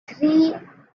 three